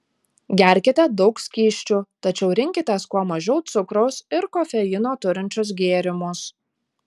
gerkite daug skysčių tačiau rinkitės kuo mažiau cukraus ir kofeino turinčius gėrimus